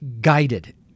guided